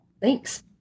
Thanks